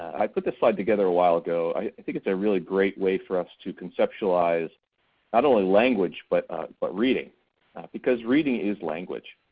i put this slide together awhile ago. i think it's a really great way for us to conceptualize not only language but but reading because reading is language.